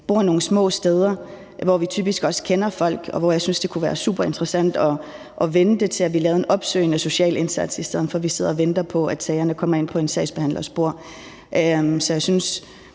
vi bor nogle små steder, hvor vi typisk også kender folk, og det kunne være superinteressant at vende det til, at vi lavede en opsøgende social indsats, i stedet for at vi sidder og venter på, at sagerne kommer ind på en sagsbehandlers bord. Så jeg synes